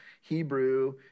Hebrew